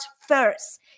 first